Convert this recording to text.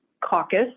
caucus